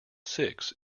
six